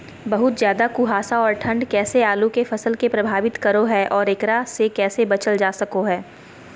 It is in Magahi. बहुत ज्यादा कुहासा और ठंड कैसे आलु के फसल के प्रभावित करो है और एकरा से कैसे बचल जा सको है?